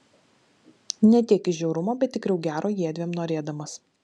ne tiek iš žiaurumo bet tikriau gero jiedviem norėdamas